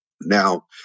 Now